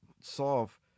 solve